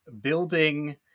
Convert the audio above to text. building